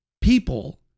people